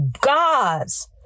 gods